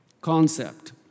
concept